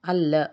ಅಲ್ಲ